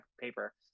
paper